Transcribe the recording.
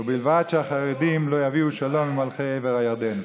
ובלבד שהחרדים לא יביאו שלום עם מלכי עבר הירדן.